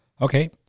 Okay